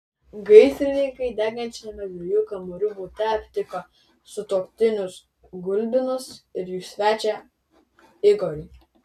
gaisrininkai degančiame dviejų kambarių bute aptiko sutuoktinius gulbinus ir jų svečią igorį